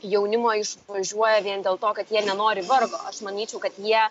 jaunimo išvažiuoja vien dėl to kad jie nenori vargo aš manyčiau kad jie